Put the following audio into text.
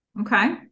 okay